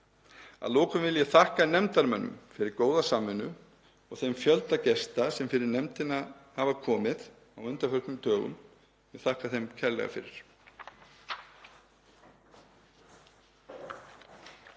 Að lokum vil ég þakka nefndarmönnum fyrir góða samvinnu og þeim fjölda gesta sem fyrir nefndina hafa komið á undanförnum dögum. Ég þakka þeim kærlega fyrir.